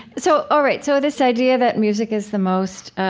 so, all right, so this idea that music is the most, um,